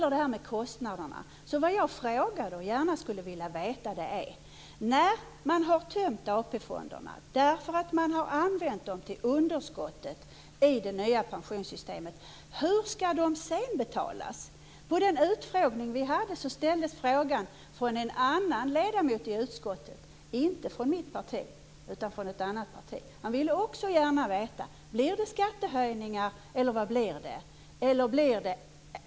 När det gäller kostnaderna skulle jag gärna vilja få svar på den fråga jag har ställt om hur pensionerna skall betalas när man har tömt AP-fonderna därför att dessa har använts till underskottet i det nya pensionssystemet. På den utfrågning som vi hade ställdes frågan från en annan ledamot i utskottet, inte från mitt parti utan från ett annat parti. Också han ville gärna veta om det blir skattehöjningar eller vad det blir.